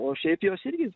o šiaip jos irgi